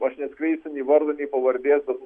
aš neatskleisiu nei vardo nei pavardės bet